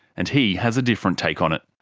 and he has a different take on it.